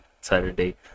Saturday